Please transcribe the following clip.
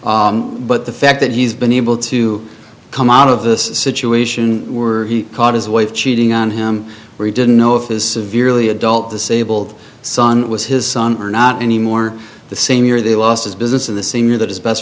but the fact that he's been able to come out of this situation were he caught his wife cheating on him or he didn't know if his severely adult the sable son was his son or not anymore the same year they lost his business in the same year that his best